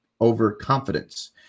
Overconfidence